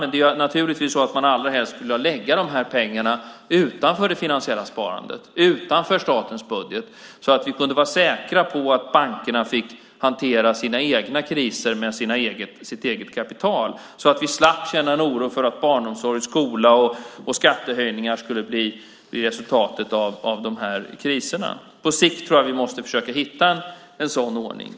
Men det är naturligtvis så att man allra helst skulle vilja lägga de här pengarna utanför det finansiella sparandet, utanför statens budget, så att vi kunde vara säkra på att bankerna fick hantera sina egna kriser med sitt eget kapital så att vi slapp känna en oro för att barnomsorg, skola och skattehöjningar skulle bli resultatet av de här kriserna. På sikt tror jag att vi måste försöka hitta en sådan ordning.